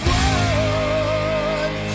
one